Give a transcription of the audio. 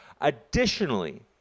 Additionally